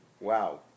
Wow